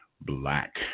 Black